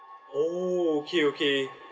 oh okay okay